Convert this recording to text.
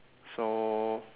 so